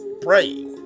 pray